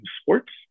sports